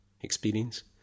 experience